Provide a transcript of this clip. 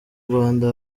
rwanda